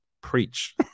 preach